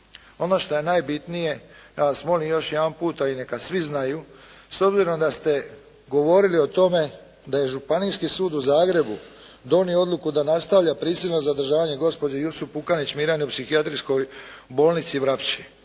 Ono što je najbitnije ja vas molim još jedan puta i neka svi znaju s obzirom da ste govorili o tome da je Županijski sud u Zagrebu donio odluku da nastavlja prisilno zadržavanje gospođe Jusup Pukanić Mirjane u Psihijatrijskoj bolnici Vrapče